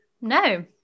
No